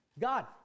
god